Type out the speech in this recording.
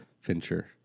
Fincher